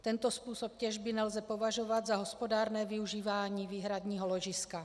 Tento způsob těžby nelze považovat za hospodárné využívání výhradního ložiska.